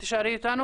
תודה.